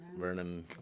Vernon